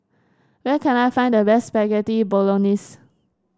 where can I find the best Spaghetti Bolognese